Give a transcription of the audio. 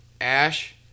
ash